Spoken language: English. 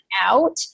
out